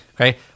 Okay